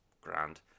Grand